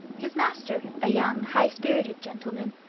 his master, a young, high-spirited gentleman,